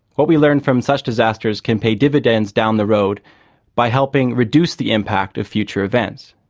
what we learn from such disasters can pay dividends down the road by helping reduce the impact of future events.